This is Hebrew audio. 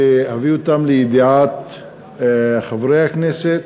להביא אותם לידיעת חברי הכנסת,